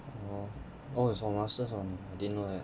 orh oh it's for masters only I didn't know that